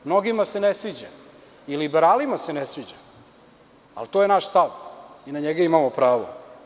Mnogima se ne sviđa i liberalima se ne sviđa, ali to je naš stav i na njega imamo pravo.